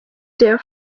der